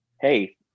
hey